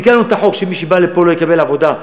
תיקנו את החוק כך שמי שבא לפה לא יקבל עבודה,